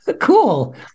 cool